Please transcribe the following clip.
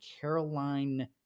Caroline